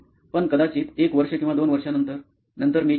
पण कदाचित एक वर्ष किंवा दोन वर्षांनंतर नंतर मी इच्छितो